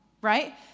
right